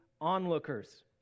onlookers